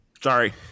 sorry